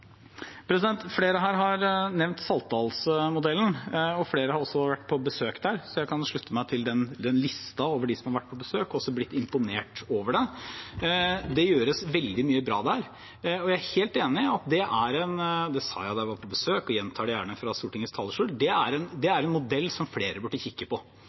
Flere her har nevnt Saltdalsmodellen, og flere har også vært på besøk der, så jeg kan slutte meg til listen over dem som har vært på besøk der og blitt imponert over det. Det gjøres veldig mye bra der, og jeg er helt enig i – det sa jeg da jeg var på besøk, og gjentar det gjerne fra Stortingets talerstol – at det er en modell som flere burde kikke på,